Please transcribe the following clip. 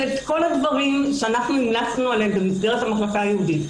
שאת כל הדברים שאנחנו המלצנו עליהם במסגרת המחלקה הייעודית,